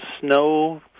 snow